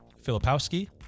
Filipowski